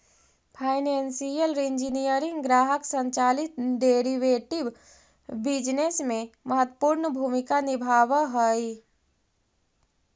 financial engineering ग्राहक संचालित derivative business में महत्वपूर्ण भूमिका निभावऽ हई